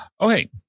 okay